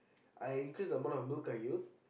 I increase the amount of milk I use